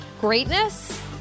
Greatness